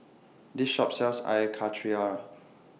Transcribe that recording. This Shop sells Air Karthira